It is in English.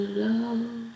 love